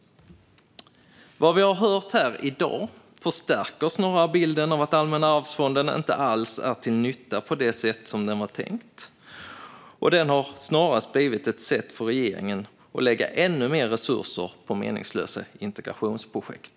Vad vi har hört här i dag förstärker snarare bilden av att Allmänna arvsfonden inte alls är till nytta på det sätt som det var tänkt. Den har snarast blivit ett sätt för regeringen att lägga ännu mer resurser på meningslösa integrationsprojekt.